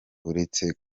uretse